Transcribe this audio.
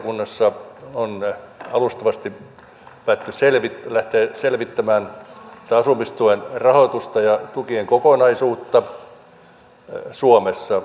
tuolla tarkastusvaliokunnassa on alustavasti lähdetty selvittämään tätä asumistuen rahoitusta ja tukien kokonaisuutta suomessa